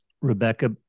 Rebecca